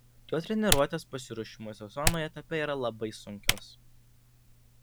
jo treniruotės pasiruošimo sezonui etape yra labai sunkios